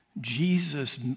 Jesus